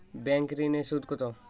Bank ঋন এর সুদ কত?